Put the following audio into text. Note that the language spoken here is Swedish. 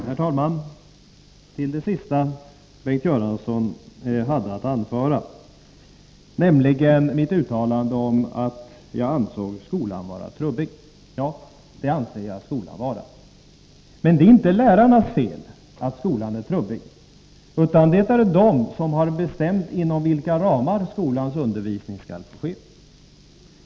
Herr talman! Jag vill säga några ord med anledning av det senaste som Bengt Göransson hade att anföra och som gällde mitt uttalande om att jag ansåg skolan vara trubbig. Ja, det anser jag skolan vara. Men det är inte lärarnas fel att skolan är trubbig, utan skulden ligger hos dem som har bestämt inom vilka ramar skolans undervisning skall ske.